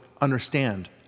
understand